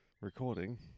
recording